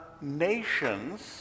nations